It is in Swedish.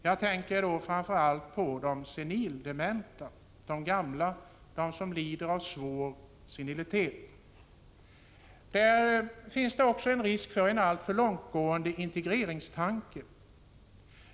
Jag tänker då framför allt på de senildementa, de gamla som lider av svår senilitet. Här finns risk för en alltför långtgående integreringstanke.